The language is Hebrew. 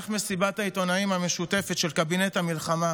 מעשה גבורה עילאי, משפחה ציונית מופלאה,